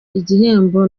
igihembo